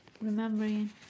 remembering